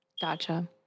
Gotcha